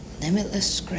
Limitless